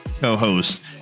co-host